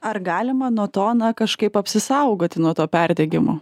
ar galima nuo to na kažkaip apsisaugoti nuo to perdegimo